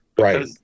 Right